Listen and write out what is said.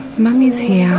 mummy's here,